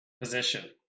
position